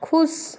खुश